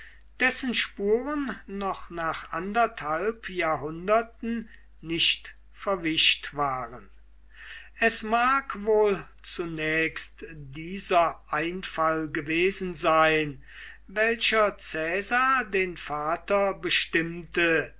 dessen spuren noch nach anderthalb jahrhunderten nicht verwischt waren es mag wohl zunächst dieser einfall gewesen sein welcher caesar den vater bestimmte